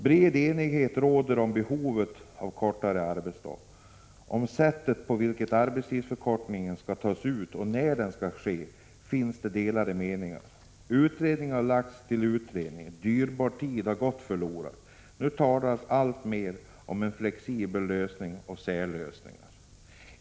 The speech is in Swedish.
Bred enighet råder om behovet av kortare arbetsdag. Om sättet på vilket en arbetstidsförkortning skall genomföras och när det skall ske finns det delade meningar. Utredning har lagts till utredning. Dyrbar tid har gått förlorad. Nu talas alltmer om flexibla lösningar och särlösningar.